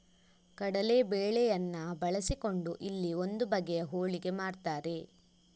ಕಡಲೇ ಬೇಳೆಯನ್ನ ಬಳಸಿಕೊಂಡು ಇಲ್ಲಿ ಒಂದು ಬಗೆಯ ಹೋಳಿಗೆ ಮಾಡ್ತಾರೆ